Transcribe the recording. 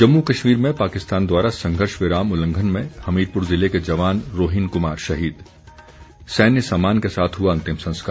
जम्मू कश्मीर में पाकिस्तान द्वारा संघर्ष विराम उल्लंघन में हमीरपुर ज़िले के जवान रोहिन कुमार शहीद सैन्य सम्मान के साथ हुआ अंतिम संस्कार